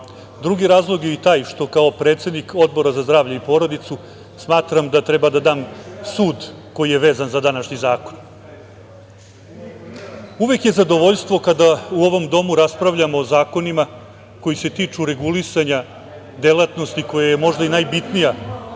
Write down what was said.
Drugi razlog je i taj što kao predsednik Odbora za zdravlje i porodicu smatram da treba da dam sud koji je vezan za današnji zakon. Uvek je zadovoljstvo kada u ovom domu raspravljamo o zakonima koji se tiču regulisanja delatnosti koja je možda i najbitnija u